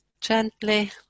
gently